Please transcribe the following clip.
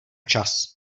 čas